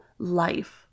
Life